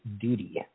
Duty